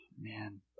man